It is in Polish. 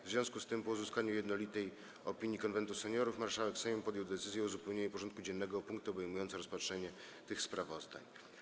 W związku z tym, po uzyskaniu jednolitej opinii Konwentu Seniorów, marszałek Sejmu podjął decyzję o uzupełnieniu porządku dziennego o punkty obejmujące rozpatrzenie tych sprawozdań.